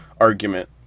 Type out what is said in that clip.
argument